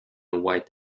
white